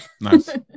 Nice